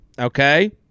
okay